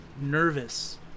nervous